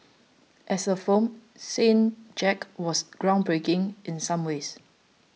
as a film Saint Jack was groundbreaking in some ways